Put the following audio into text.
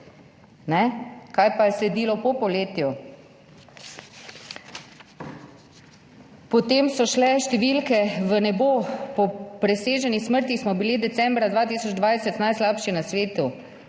Kaj pa je sledilo po poletju? Po tem so šle številke v nebo. Po preseženih smrtih smo bili decembra 2020 najslabši na svetu.